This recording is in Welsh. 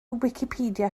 wicipedia